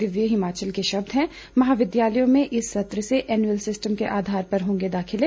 दिव्य हिमाचल के शब्द हैं महाविद्यालयों में इस सत्र से एनुअल सिस्टम के आधार पर होंगे दाखिले